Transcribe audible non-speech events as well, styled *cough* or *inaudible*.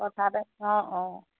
*unintelligible* অঁ অঁ